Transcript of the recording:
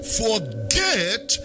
forget